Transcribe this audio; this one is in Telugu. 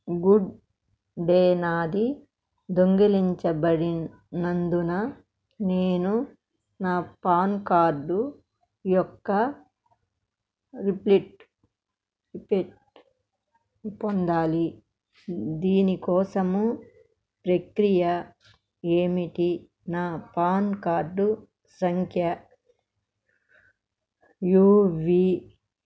గుడ్ డే నాది దొంగలించబడి నందున నేను నా పాన్కార్డు యొక్క రిప్లిట్ రీప్రింట్ పొందాలి దీని కోసము ప్రక్రియ ఏమిటి నా పాన్కార్డు సంఖ్య యూవీ